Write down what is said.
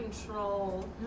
Control